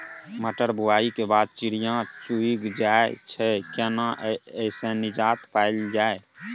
मटर बुआई के बाद चिड़िया चुइग जाय छियै केना ऐसे निजात पायल जाय?